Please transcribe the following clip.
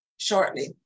shortly